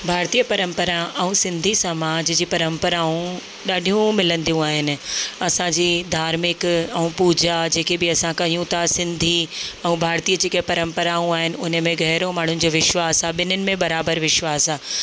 भारतीय परंपरा ऐं सिंधी समाज जी परम्पराऊं ॾाढियूं मिलंदियूं आहिनि असांजी धार्मिक ऐं पूॼा जेकी बि असां कयूं था सिंधी भारतीय जेकी परम्पराऊं आहिनि उन में गहरो माण्हूनि जो विश्वास आहे ॿिन्हनि में बराबरु विश्वास आहे